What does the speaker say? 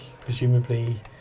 presumably